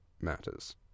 matters